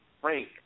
Frank